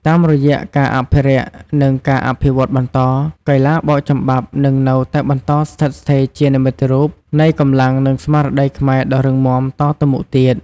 តាមរយៈការអភិរក្ស និងការអភិវឌ្ឍន៍បន្ត កីឡាបោកចំបាប់នឹងនៅតែបន្តស្ថិតស្ថេរជានិមិត្តរូបនៃកម្លាំង និងស្មារតីខ្មែរដ៏រឹងមាំតទៅមុខទៀត។